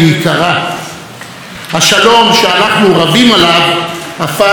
השלום שאנחנו רבים עליו הפך לכלי מלחמה.